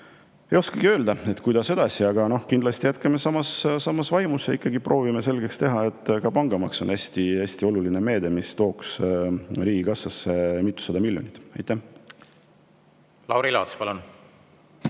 ei oskagi öelda, kuidas edasi. Aga kindlasti jätkame samas vaimus ja ikkagi proovime selgeks teha, et pangamaks on hästi oluline meede, mis tooks riigikassasse mitusada miljonit. Lauri Laats, palun!